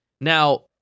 Now